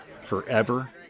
forever